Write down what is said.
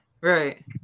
right